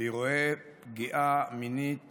באירועי פגיעה מינית